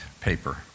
paper